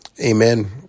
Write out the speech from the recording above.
Amen